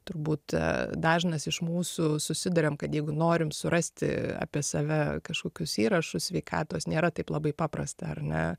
turbūt dažnas iš mūsų susiduriam kad jeigu norim surasti apie save kažkokius įrašus sveikatos nėra taip labai paprasta ar ne